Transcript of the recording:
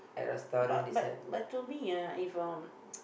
but but but to me ah if your